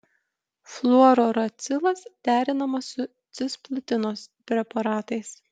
fluorouracilas derinamas su cisplatinos preparatais